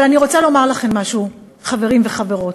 אבל אני רוצה לומר לכם משהו, חברים וחברות: